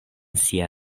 sia